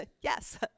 Yes